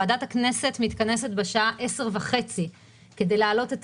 ועדת הכנסת מתכנסת בשעה 10:30 כדי להעלות את